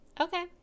Okay